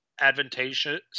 advantageous